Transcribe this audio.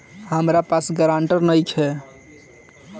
हमरा पास ग्रांटर नइखे?